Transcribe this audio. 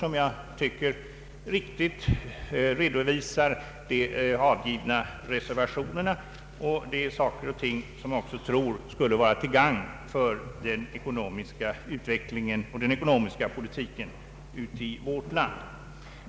Enligt min mening har han riktigt redovisat innehållet i de avgivna reservationerna liksom saker och ting som jag tror skulle vara till gagn för den ekonomiska utvecklingen och den ekonomiska politiken i vårt land.